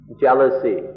jealousy